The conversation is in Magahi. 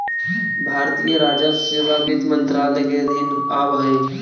भारतीय राजस्व सेवा वित्त मंत्रालय के अधीन आवऽ हइ